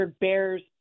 bears